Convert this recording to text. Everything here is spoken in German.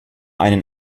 einen